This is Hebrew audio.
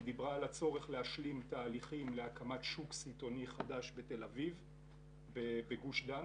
היא דיברה על הצורך להשלים תהליכים להקמתך שוק סיטונאי חדש בגוש דן,